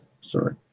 Sorry